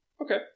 Okay